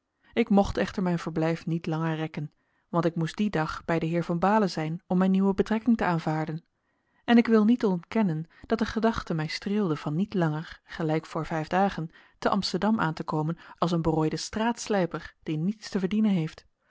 ik mocht echter mijn verblijf niet langer rekken want ik moest dien dag bij den heer van baalen zijn om mijn nieuwe betrekking te aanvaarden en ik wil niet ontkennen dat de gedachte mij streelde van niet langer gelijk voor vijf dagen te amsterdam aan te komen als een berooide straatslijper die niets te verdienen heeft